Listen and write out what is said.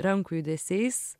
rankų judesiais